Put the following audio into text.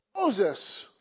Moses